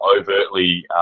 overtly